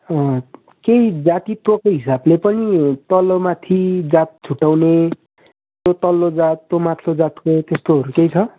अँ केही जातित्वको हिसाबले पनि तलमाथि जात छुट्ट्याउने तँ तल्लो जात तँ माथिल्लो जातको त्यस्तोहरू केही छ